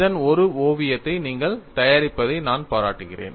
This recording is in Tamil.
இதன் ஒரு ஓவியத்தை நீங்கள் தயாரிப்பதை நான் பாராட்டுகிறேன்